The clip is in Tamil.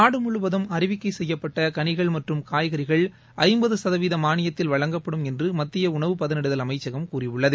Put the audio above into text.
நாடு முழுவதும் அறிவிக்கை செய்யப்பட்ட கனிகள் மற்றும் காய்கறிகள் ஐம்பது சதவிகித மானியத்தில் வழங்கப்படும் என்று மத்திய உணவு பதனிடுதல் அமைச்சகம் கூறியுள்ளது